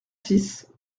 six